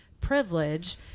privilege